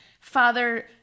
Father